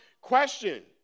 question